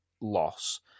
loss